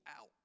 out